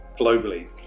globally